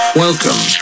Welcome